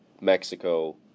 Mexico